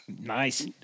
Nice